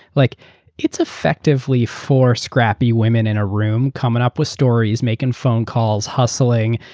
like it's effectively four scrappy women in a room coming up with stories, making phone calls hustling,